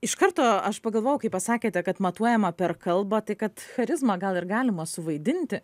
iš karto aš pagalvojau kai pasakėte kad matuojama per kalbą tai kad charizmą gal ir galima suvaidinti